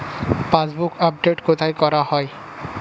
Passbook update কোথায় করা হয়?